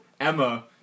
Emma